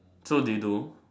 so did you do